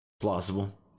plausible